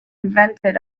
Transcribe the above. invented